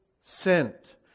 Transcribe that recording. sent